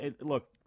Look